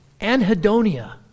anhedonia